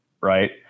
right